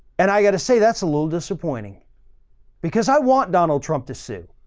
and i got to say that's a little disappointing because i want donald trump to sue.